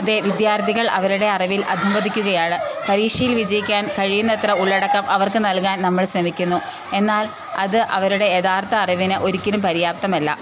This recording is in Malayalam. അതെ വിദ്യാർത്ഥികൾ അവരുടെ അറിവിൽ അധഃപതിക്കുകയാണ് പരീക്ഷയിൽ വിജയിക്കാൻ കഴിയുന്നത്ര ഉള്ളടക്കം അവർക്കു നൽകാൻ നമ്മൾ ശ്രമിക്കുന്നു എന്നാൽ അത് അവരുടെ യഥാർത്ഥ അറിവിന് ഒരിക്കലും പര്യാപ്തമല്ല